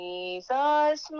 Jesus